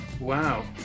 Wow